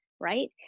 Right